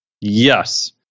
Yes